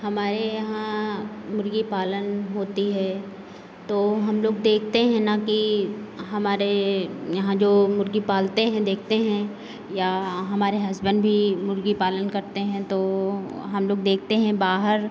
हमारे यहाँ मुर्गी पालन होती है तो हम लोग देखते हैं ना कि हमारे यहाँ जो मुर्गी पालते हैं देखते हैं या हमारे हसबेन्ड भी मुर्गी पालन करते हैं तो हम लोग देखते हैं बाहर